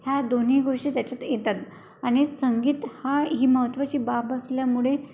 ह्या दोन्ही गोष्टी त्याच्यात येतात आणि संगीत हा ही महत्त्वाची बाब असल्यामुळे